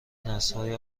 نسلهای